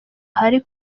ahari